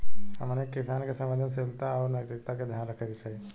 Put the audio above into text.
हमनी के किसान के संवेदनशीलता आउर नैतिकता के ध्यान रखे के चाही